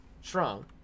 strong